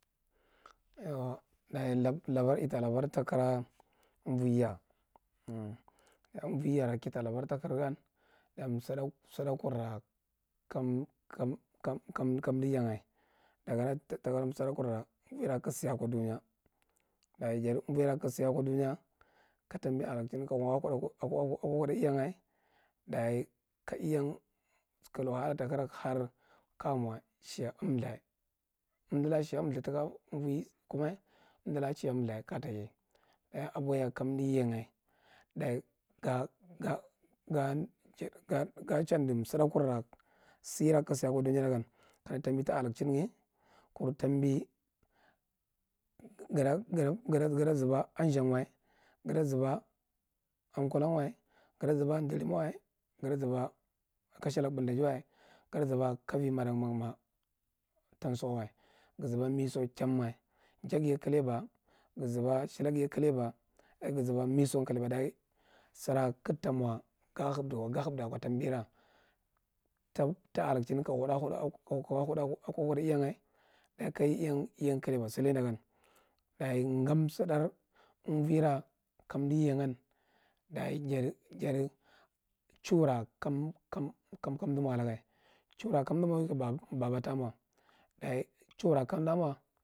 Yau daye labar italabar takira umvaya, umvayar kita labar takra gam uhi sadda sudda kurakkan kan dtiyan, takuna tisadakura umvoira kagu si ako dileya umvoira kasi ako duya ka tambi alok chimga kahau ako huda iyan daye ka iyan klo waada ta kragha har kaja mo sheya umthgh tika umvoye kuma, umdulaka sheya umthgh kajataye daye aboheya kamdi yega daye gai gā gachi gachanali suddakura sira kagu siye ako duye dagan kana tambi tiadak chinghaye kur tambi gata gata zuba amzhamwa gata zhaba kurama wa gata zhuba akulawa gata zhuba dama wa kata zhuba ka avimadagu matamsuuwa, ga zhuba mesu chapaha ga zhuba chageye klaba ga zhuba shelayeye klagba ga zhuba megu su klagba daye sira ka ga ta mo ga hubdu ko ga hubda ko tambura ta alakchinu kabun ako huda iyan daye ka iyan yega klaba siledagan daye gamsidai umvoira kadi yaye jar jar chuw ra ka umdi mo adaga chuwra ka umdi mo baba tamo chewra ka umdi na.